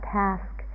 task